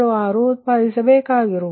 76 ಉತ್ಪಾದಿಸಬೇಕಾಗಿರುತ್ತದೆ